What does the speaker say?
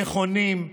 נכונים,